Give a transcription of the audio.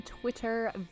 Twitter